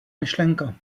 myšlenka